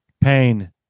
Pain